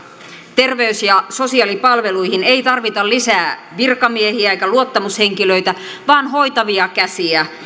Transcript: terveys ja sosiaalipalveluihin ei tarvita lisää virkamiehiä eikä luottamushenkilöitä vaan hoitavia käsiä